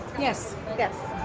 yes. yes.